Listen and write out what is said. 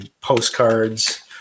postcards